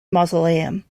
mausoleum